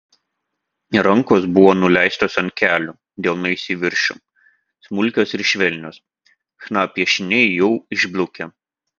rankos buvo nuleistos ant kelių delnais į viršų smulkios ir švelnios chna piešiniai jau išblukę